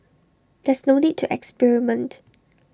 there's no need to experiment